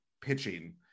pitching